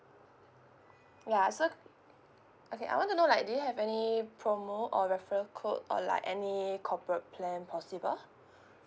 ya so okay I want to know like do you have any promo or referral code or like any corporate plan possible